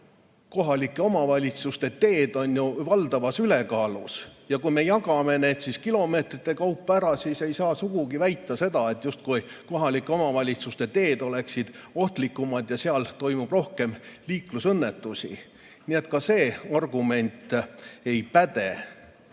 kohalike omavalitsuste teed on ju valdavas ülekaalus. Kui me jagame need kilomeetrite kaupa ära, siis ei saa sugugi väita, justkui kohalike omavalitsuste teed oleksid ohtlikumad ja seal toimuks rohkem liiklusõnnetusi. Nii et ka see argument ei päde.